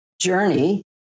journey